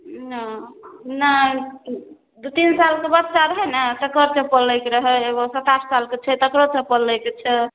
नहि नहि दू तीन सालके बच्चा रहै ने तक्कर चप्पल लैके रहै एगो सात आठ सालके छै तकरो चप्पल लैके छै